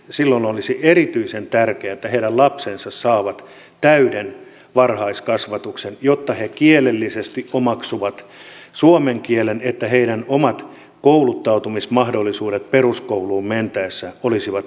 silloin olisi erityisen tärkeää että heidän lapsensa saavat täyden varhaiskasvatuksen jotta he kielellisesti omaksuvat suomen kielen niin että heidän omat kouluttautumismahdollisuutensa peruskouluun mentäessä olisivat riittävät